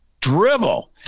drivel